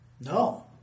No